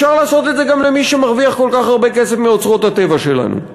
אפשר לעשות את זה גם למי שמרוויח כל כך הרבה כסף מאוצרות הטבע שלנו.